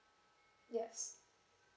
yes